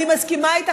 אני מסכימה איתך,